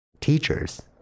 teachers